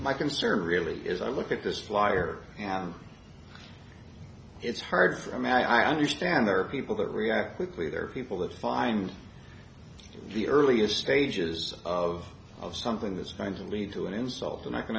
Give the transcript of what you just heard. my concern really is i look at this flyer and it's hard for me i understand there are people that react quickly there are people that find the earliest stages of of something that's going to lead to an insult and i can